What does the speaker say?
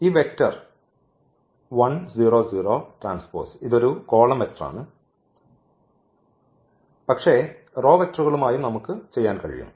ഈ വെക്റ്റർ ഇത് ഒരു കോളം വെക്റ്റർ ആണ് പക്ഷേ റോ വെക്റ്ററുകളുമായും നമുക്ക് ചെയ്യാൻ കഴിയും